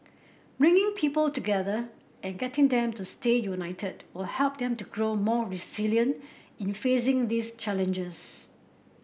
bringing people together and getting them to stay united will help them to grow more resilient in facing these challenges